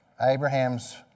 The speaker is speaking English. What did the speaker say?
Abraham's